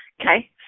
Okay